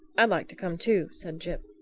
i'd like to come too, said jip.